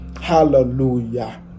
Hallelujah